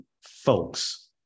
folks